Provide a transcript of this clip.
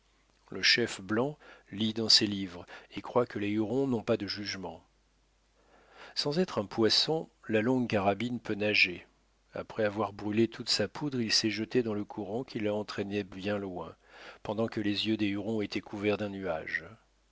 le chef blanc lit dans ses livres et croit que les hurons n'ont pas de jugement sans être un poisson la longue carabine peut nager après avoir brûlé toute sa poudre il s'est jeté dans le courant qui l'a entraîné bien loin pendant que les yeux des hurons étaient couverts d'un nuage